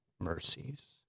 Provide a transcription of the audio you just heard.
mercies